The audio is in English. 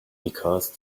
because